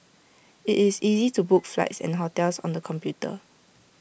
IT is easy to book flights and hotels on the computer